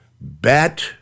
Bat